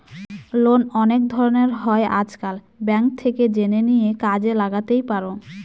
loan অনেক ধরনের হয় আজকাল, ব্যাঙ্ক থেকে জেনে নিয়ে কাজে লাগাতেই পারো